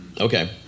Okay